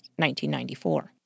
1994